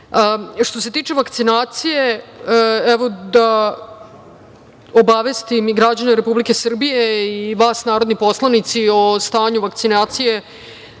se tiče vakcinacije, evo, da obavestim i građane Republike Srbije i vas narodni poslanici o stanju vakcinacije.